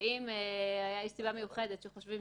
ואם יש סיבה מיוחדת שחושבים